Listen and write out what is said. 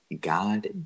God